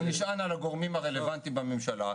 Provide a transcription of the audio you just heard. הוא נשען על הגורמים הרלוונטיים בממשלה,